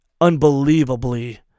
unbelievably